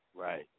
Right